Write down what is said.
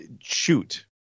Shoot